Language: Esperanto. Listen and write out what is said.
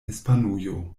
hispanujo